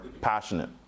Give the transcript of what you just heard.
passionate